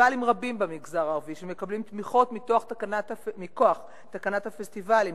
פסטיבלים רבים במגזר הערבי מקבלים תמיכות מכוח תקנת הפסטיבלים,